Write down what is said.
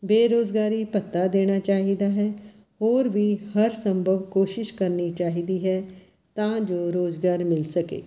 ਬੇਰੁਜ਼ਗਾਰੀ ਭੱਤਾ ਦੇਣਾ ਚਾਹੀਦਾ ਹੈ ਹੋਰ ਵੀ ਹਰ ਸੰਭਵ ਕੋਸ਼ਿਸ਼ ਕਰਨੀ ਚਾਹੀਦੀ ਹੈ ਤਾਂ ਜੋ ਰੁਜ਼ਗਾਰ ਮਿਲ ਸਕੇ